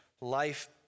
life